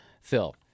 Phil